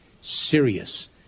serious